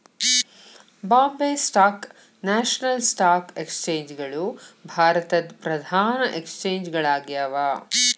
Bombay stock national stock exchange ಗಳು ಭಾರತದ್ ಪ್ರಧಾನ ಎಕ್ಸ್ಚೇಂಜ್ ಗಳಾಗ್ಯಾವ